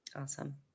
Awesome